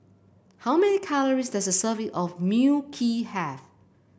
how many calories does a serving of Mui Kee have